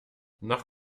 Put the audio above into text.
nach